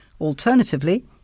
Alternatively